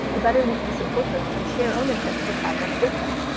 the better we can support them and share ownership of a project with them.